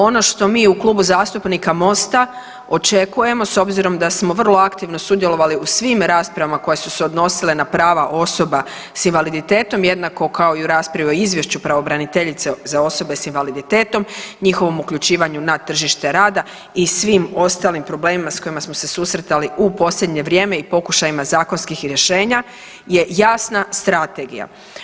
Ono što mi u Klubu zastupnika Mosta očekujemo, s obzirom da smo vrlo aktivno sudjelovali u svim raspravama koje su se odnosile na prava osoba s invaliditetom, jednako kao i u raspravi o izvješću pravobraniteljice za osobe s invaliditetom, njihovom uključivanju na tržište rada i svim ostalim problemima s kojima smo se susretali u posljednje vrijeme i pokušajima zakonskih rješenja je jasna strategija.